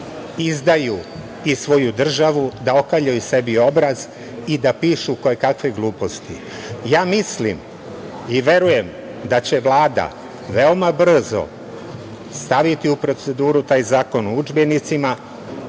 izdaju i svoju državu, da okaljaju sebi obraz i da pišu kojekakve gluposti. Mislim i verujem da će Vlada veoma brzo staviti u proceduru taj Zakon o udžbenicima